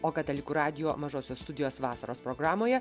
o katalikų radijo mažosios studijos vasaros programoje